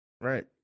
Right